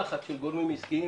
גורמים עסקיים